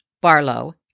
Barlow